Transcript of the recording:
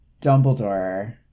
Dumbledore